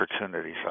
opportunities